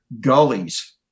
gullies